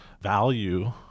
value